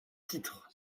titre